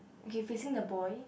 okay facing the boy